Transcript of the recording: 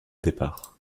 départ